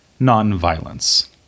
Nonviolence